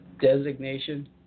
designation